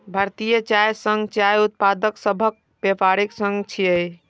भारतीय चाय संघ चाय उत्पादक सभक व्यापारिक संघ छियै